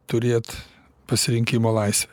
turėt pasirinkimo laisvę